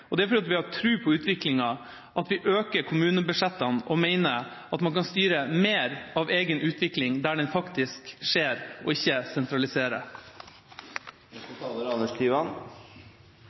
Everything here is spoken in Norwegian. og det er fordi vi har tro på utviklingen, at vi øker kommunebudsjettene og mener at man kan styre mer av egen utvikling der den faktisk skjer, og ikke sentralisere.